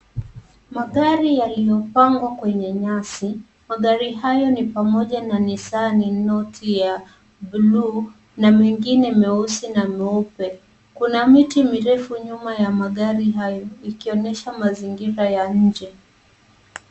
Magari yaliyopangwa kwenye nyasi, magari hayo ni pamoja na nisani noti ya buluu na mengine mieusi na mieupe, kuna miti mirefu nyuma ya magari hayo ikionyesha mazingira ya nje.